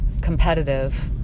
competitive